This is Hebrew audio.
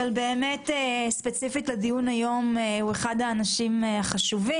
אבל ספציפית לדיון היום הוא אחד האנשים החשובים,